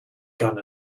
gun